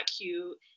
cute